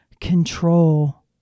control